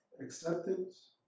acceptance